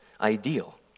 ideal